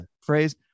phrase